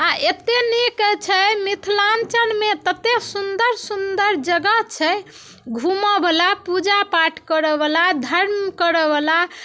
आ एतेक नीक छै मिथिलाञ्चलमे ततेक सुन्दर सुन्दर जगह छै घूमऽ बला पूजा पाठ करऽ बला धर्म करऽ बला